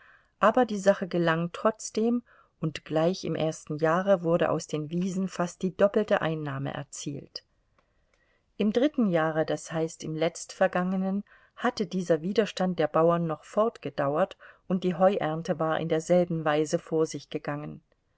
aber die sache gelang trotzdem und gleich im ersten jahre wurde aus den wiesen fast die doppelte einnahme erzielt im dritten jahre das heißt im letztvergangenen hatte dieser widerstand der bauern noch fortgedauert und die heuernte war in derselben weise vor sich gegangen